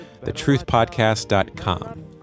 thetruthpodcast.com